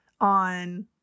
on